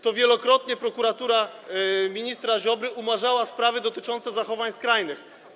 To wielokrotnie prokuratura ministra Ziobry umarzała sprawy dotyczące zachowań skrajnych.